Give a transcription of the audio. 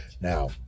Now